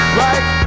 right